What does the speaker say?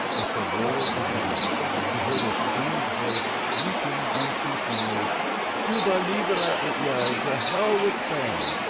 with the roar of the gun he heard a strange voice shrieking unceasingly cuba libre! it yelled. to hell with spain!